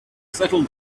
settle